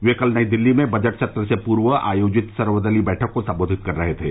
वे कल नई दिल्ली में बजट सत्र से पूर्व आयोजित सर्वदलीय बैठक को संबोधित कर रहे थे